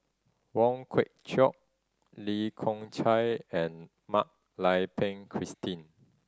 Wong Kwei Cheong Lee Kong Chian and Mak Lai Peng Christine